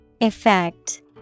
Effect